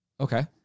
Okay